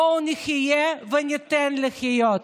בואו נחיה וניתן לחיות.